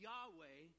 Yahweh